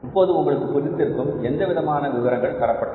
இப்போது உங்களுக்கு புரிந்திருக்கும் எந்தவிதமான விவரங்கள் தரப்பட்டன